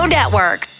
Network